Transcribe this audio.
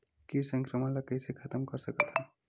कीट संक्रमण ला कइसे खतम कर सकथन?